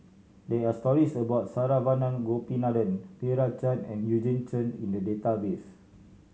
there are stories about Saravanan Gopinathan Meira Chand and Eugene Chen in the database